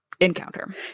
encounter